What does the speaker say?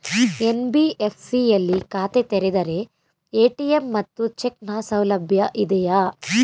NBFC ಯಲ್ಲಿ ಖಾತೆ ತೆರೆದರೆ ಎ.ಟಿ.ಎಂ ಮತ್ತು ಚೆಕ್ ನ ಸೌಲಭ್ಯ ಇದೆಯಾ?